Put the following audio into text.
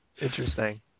Interesting